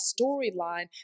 storyline